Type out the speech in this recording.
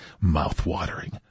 Mouth-watering